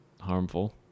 harmful